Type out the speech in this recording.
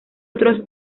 otros